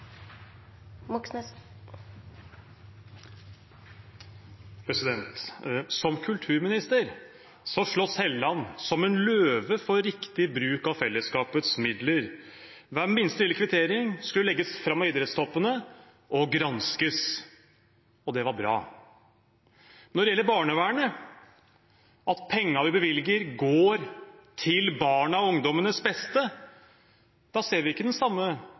Som kulturminister sloss Hofstad Helleland som en løve for riktig bruk av fellesskapets midler. Hver minste lille kvittering skulle legges fram av idrettstoppene og granskes. Det var bra. Når det gjelder barnevernet, om pengene vi bevilger, går til barnas og ungdommenes beste, ser vi ikke den samme